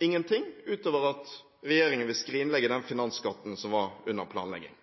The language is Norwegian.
ingenting, utover at regjeringen ville skrinlegge den finansskatten som var under planlegging.